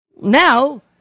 Now